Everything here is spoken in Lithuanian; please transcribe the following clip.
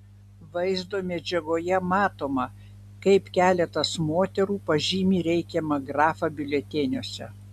vaizdo medžiagoje matoma kaip keletas moterų pažymi reikiamą grafą biuleteniuose